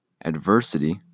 adversity